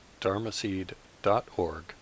dharmaseed.org